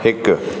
हिकु